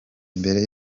mbere